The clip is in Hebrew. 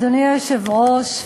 אדוני היושב-ראש,